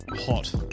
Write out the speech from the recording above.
hot